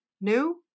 new